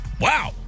Wow